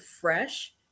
fresh